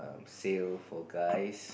sale for guys